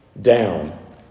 down